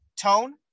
tone